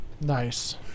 Nice